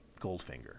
Goldfinger